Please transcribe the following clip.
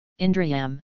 Indrayam